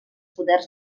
poders